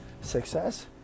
success